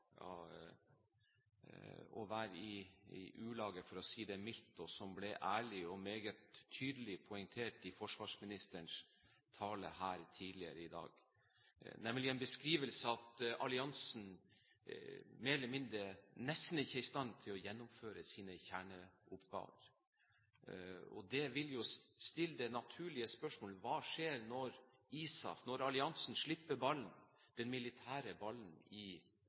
å være i ulage, for å si det mildt, noe som ble ærlig og meget tydelig poengtert i forsvarsministerens tale her tidligere i dag – en beskrivelse av at alliansen nesten ikke er i stand til å gjennomføre sine kjerneoppgaver. Det vil stille det naturlige spørsmålet: Hva skjer når ISAF, når alliansen slipper den militære ballen i